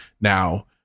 now